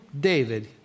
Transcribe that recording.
David